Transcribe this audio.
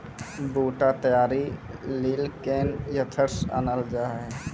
बूटा तैयारी ली केन थ्रेसर आनलऽ जाए?